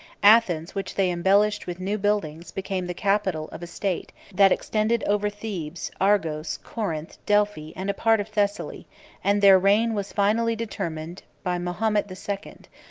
athens, which they embellished with new buildings, became the capital of a state, that extended over thebes, argos, corinth, delphi, and a part of thessaly and their reign was finally determined by mahomet the second,